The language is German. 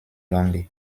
lange